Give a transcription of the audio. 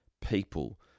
people